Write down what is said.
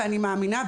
ואני מאמינה,